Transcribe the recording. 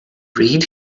read